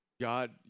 God